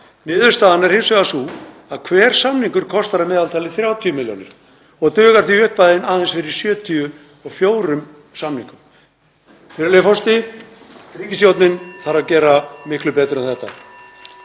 Niðurstaðan er hins vegar sú að hver samningur kostar að meðaltali 30 milljónir og dugar því upphæðin aðeins fyrir 74 samningum. Virðulegi forseti. Ríkisstjórnin þarf að gera miklu betur en þetta.